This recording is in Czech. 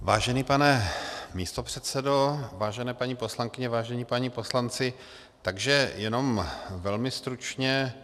Vážený pane místopředsedo, vážené paní poslankyně, vážení páni poslanci, jenom velmi stručně.